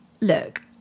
look